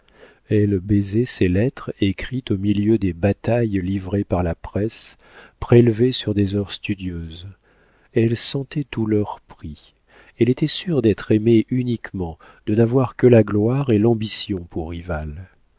elle baisait ces lettres écrites au milieu des batailles livrées par la presse prélevées sur des heures studieuses elle sentait tout leur prix elle était sûre d'être aimée uniquement de n'avoir que la gloire et l'ambition pour rivales